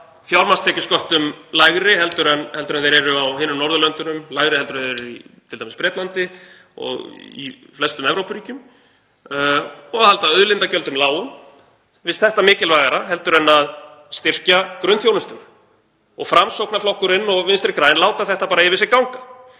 fjármagnstekjusköttum lægri heldur en þeir eru á hinum Norðurlöndunum, lægri en þeir eru t.d. í Bretlandi og í flestum Evrópuríkjum, og að halda auðlindagjöldum lágum heldur en að styrkja grunnþjónustuna. Og Framsóknarflokkurinn og Vinstri græn láta þetta bara yfir sig ganga.